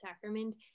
sacrament